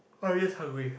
always hungry